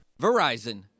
Verizon